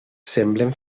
semblen